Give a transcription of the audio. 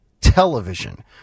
television